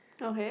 okay